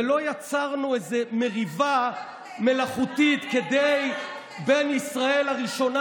ולא יצרנו איזה מריבה מלאכותית בין ישראל הראשונה,